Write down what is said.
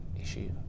issue